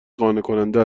قانعکننده